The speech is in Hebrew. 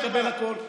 הוא יקבל הכול.